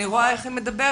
אני רואה איך היא מדברת.